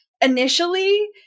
initially